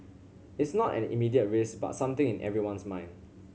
it's not an immediate risk but something in everyone's mind